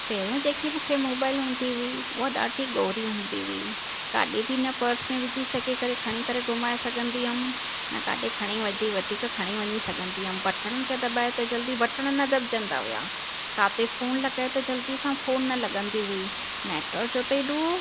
पहिरियों जेकी मूंखे मोबाइल हूंदी हुई उहा ॾाढी गौरी हूंदी हुई काॾे बि न पर्स में विझी सघे करे खणी करे घुमाए सघंदी हुअमि न काॾे खणी वधी वधीक खणी वञी सघंदी हुअमि बटणनि खे दॿाए त जल्दी बटण न दॿजंदा हुआ काथे फोन लॻाए त जल्दी सां फोन न लॻंदी हुई नैटवर्क जो त हेॾो